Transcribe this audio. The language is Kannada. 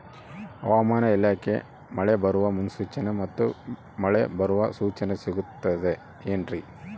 ಹವಮಾನ ಇಲಾಖೆ ಮಳೆ ಬರುವ ಮುನ್ಸೂಚನೆ ಮತ್ತು ಮಳೆ ಬರುವ ಸೂಚನೆ ಸಿಗುತ್ತದೆ ಏನ್ರಿ?